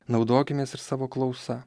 naudokimės ir savo klausa